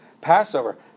Passover